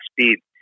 speed